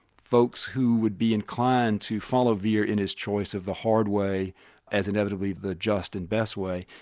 folks who would be inclined to follow vere in his choice of the hard way as inevitably the just and best way.